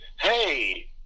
hey